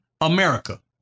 America